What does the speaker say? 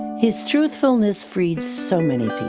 his truthfulness freed so many